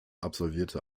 absolvierte